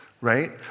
right